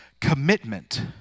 commitment